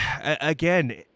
again